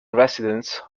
residence